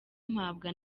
mpabwa